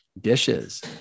dishes